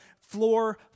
floor